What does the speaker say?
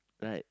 but